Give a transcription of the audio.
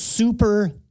Super